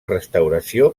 restauració